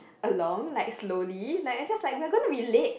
along like slowly like it's just like we're gonna be late